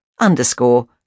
underscore